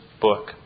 book